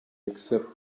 accept